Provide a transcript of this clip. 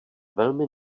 velmi